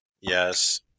Yes